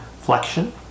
flexion